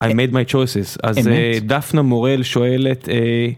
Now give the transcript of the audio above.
I made my choices, אז דפנה מורל שואלת.